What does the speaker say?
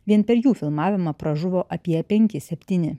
vien per jų filmavimą pražuvo apie pebki septyni